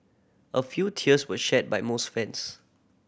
a few tears were shed by most fans